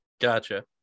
Gotcha